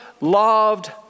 loved